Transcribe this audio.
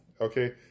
Okay